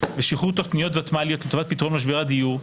בשחרור תכניות ותמ"ליות לטובת פתרון משבר הדיור,